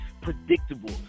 predictable